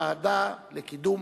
7749,